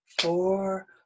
four